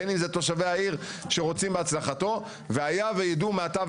בין אם זה תושבי העיר שרוצים בהצלחתו והיה ויידעו מעתה